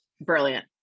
Brilliant